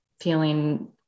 feeling